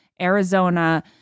arizona